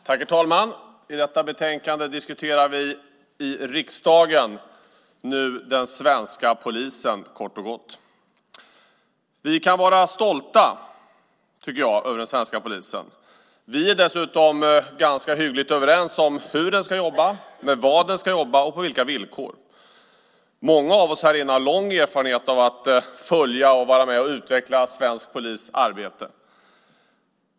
Herr talman! Vi diskuterar nu i riksdagen den svenska polisen kort och gott. Vi kan vara stolta, tycker jag, över den svenska polisen. Vi är dessutom ganska hyggligt överens om hur den ska jobba, med vad den ska jobba och på vilka villkor. Många av oss härinne har lång erfarenhet av att följa och vara med och utveckla svensk polis arbete.